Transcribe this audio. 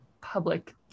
public